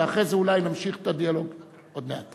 ואחרי זה אולי נמשיך את הדיאלוג עוד מעט.